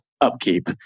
Upkeep